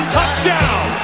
touchdown